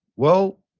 well,